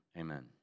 Amen